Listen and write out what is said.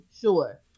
sure